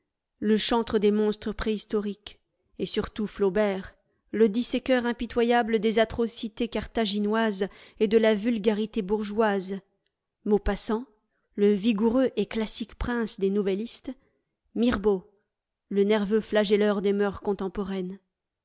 le chantre des monstres préhistoriques et surtout flaubert le disséqueur impitoyable des atrocités carthaginoises et de la vulgarité bourgeoise maupassant le vigoureux et classique prince des nouvellistes mirbeau le nerveux flagelleur des mœurs contemporaines